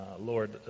Lord